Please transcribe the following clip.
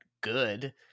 good